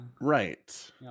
right